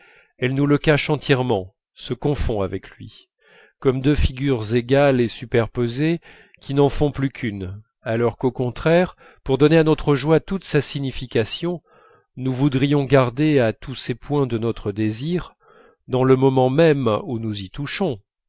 elle nous le cache entièrement se confond avec lui comme deux figures égales et superposées qui n'en font plus qu'une alors qu'au contraire pour donner à notre joie toute sa signification nous voudrions garder à tous ces points de notre désir dans le moment même où nous y touchons